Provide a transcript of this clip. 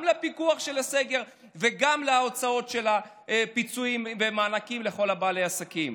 גם לפיקוח על הסגר וגם להוצאות של פיצויים ומענקים לכל בעלי העסקים.